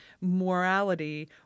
morality